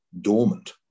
dormant